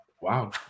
Wow